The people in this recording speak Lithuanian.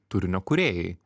turinio kūrėjai